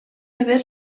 haver